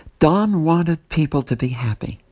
don wanted people to be happy.